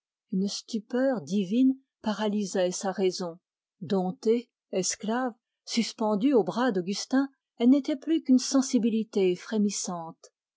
une stupeur divine paralysait sa raison domptée esclave suspendue au bras d'augustin elle n'était plus qu'une sensibilité frémissante